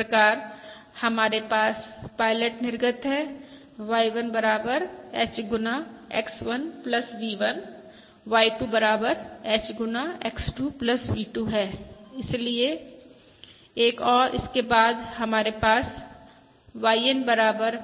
इस प्रकार हमारे पास पायलट निर्गत है Y1 बराबर H गुना X1 VI Y2 बराबर H गुना X2 V2 है इसलिए 1 और इसके बाद हमारे पास YN बराबर